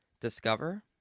Discover